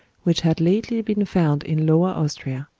which had lately been found in lower austria.